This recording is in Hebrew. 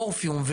מורפיום,